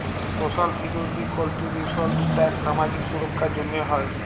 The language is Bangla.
সোশ্যাল সিকিউরিটি কল্ট্রীবিউশলস ট্যাক্স সামাজিক সুরক্ষার জ্যনহে হ্যয়